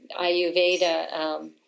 Ayurveda